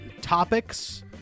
topics